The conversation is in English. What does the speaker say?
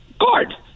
guard